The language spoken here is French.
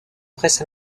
presse